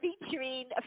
featuring